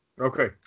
Okay